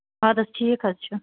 اَدٕ حظ ٹھیٖک حظ چھُ